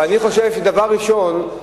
אבל אני חושב שדבר ראשון,